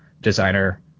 designer